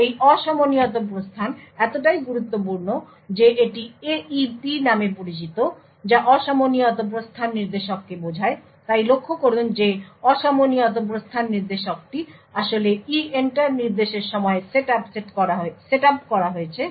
এই অসমনিয়ত প্রস্থান এতটাই গুরুত্বপূর্ণ যে এটি AEP নামে পরিচিত যা অসমনিয়ত প্রস্থান নির্দেশককে বোঝায় তাই লক্ষ্য করুন যে অসমনিয়ত প্রস্থান নির্দেশকটি আসলে EENTER নির্দেশের সময় সেট আপ করা হয়েছে